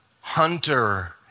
Hunter